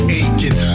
aching